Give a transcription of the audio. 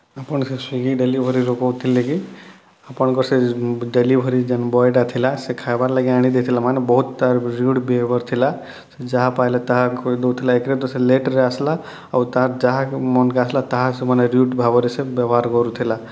ଆପଣ୍ ସେ ସ୍ୱିଗି ଡେଲିଭରିରୁ କହୁଥିଲେ କି ଆପଣକର୍ ସେ ଡେଲିଭରି ବଏଟା ଥିଲା ସେ ଖାଏବାର୍ ଲାଗି ଆଣି ଦେଇଥିଲା ମାନେ ବହୁତ୍ ତାର୍ ରିଉଡ୍ ବିହେବିଅର୍ ଥିଲା ସେ ଯାହା ପାଏଲେ ତାହା କହି ଦେଉଥିଲା ଏକ୍ରେ ତ ସେ ଲେଟ୍ରେ ଆସ୍ଲା ତାର୍ ଯାହା ମନ୍କେ ଆସ୍ଲା ତାହା ମାନେ ତାର୍ ରିଉଡ୍ ଭାବରେ ସେ ବ୍ୟବହାର୍ କରୁଥିଲା